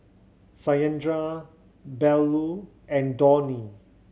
Satyendra Bellur and Dhoni